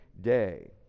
day